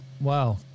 wow